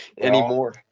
Anymore